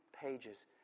pages